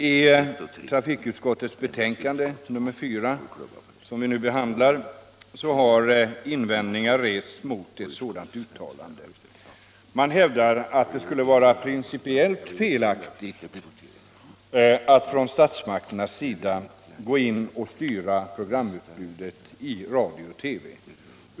I trafikutskottets betänkande nr 4, som nu behandlas, har invändningar rests mot ett sådant uttalande. Man hävdar att det skulle vara principiellt felaktigt att från statsmakternas sida styra programutbudet i radio och TV.